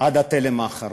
עד התלם האחרון,